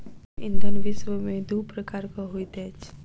जैव ईंधन विश्व में दू प्रकारक होइत अछि